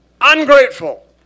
ungrateful